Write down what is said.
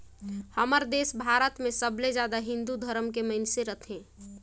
हमर देस भारत मे सबले जादा हिन्दू धरम के मइनसे रथें